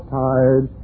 tired